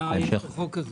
מה יש בחוק הזה?